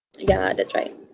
ya that's right